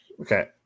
Okay